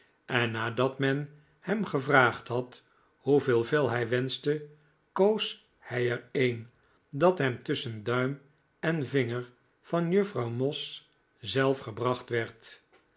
en nadat men hem gevraagd had hoeveel vel hij wenschte koos hij er een dat hem tusschen duim en vinger van juffrouw moss zelf gebracht werd